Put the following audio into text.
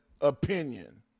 opinion